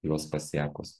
juos pasiekus